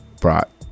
brought